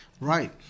Right